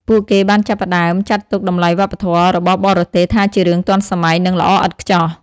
ពួកគេបានចាប់ផ្តើមចាត់ទុកតម្លៃវប្បធម៌របស់បរទេសថាជារឿងទាន់សម័យនិងល្អឥតខ្ចោះ។